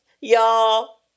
y'all